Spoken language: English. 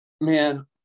Man